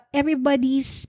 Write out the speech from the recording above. everybody's